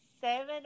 seven